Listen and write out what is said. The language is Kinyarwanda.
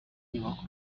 nyubako